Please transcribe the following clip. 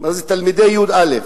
וזה תלמידי י"א,